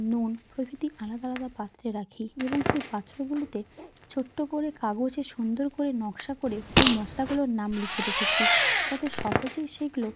নুন প্রভৃতি আলাদা আলাদা পাত্রে রাখি এবং সেই পাত্রগুলোতে ছোট্ট করে কাগজে সুন্দর করে নকশা করে সেই মশলাগুলোর নাম লিখে রেখেছি যাতে সহজেই সেইগুলো